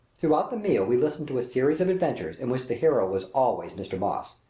throughout the meal we listened to a series of adventures in which the hero was always mr. moss.